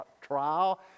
trial